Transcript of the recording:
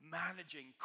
managing